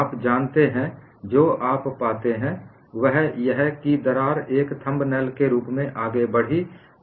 आप जानते हैं जो आप पाते हैं वह यह कि दरार एक थंबनेल के रूप में आगे बढ़ी है